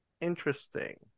interesting